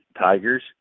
tigers